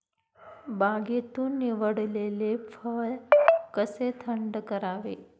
बागेतून निवडलेले फळ कसे थंड करावे?